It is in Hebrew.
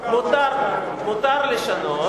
מותר לשנות,